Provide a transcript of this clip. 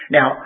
Now